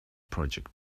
project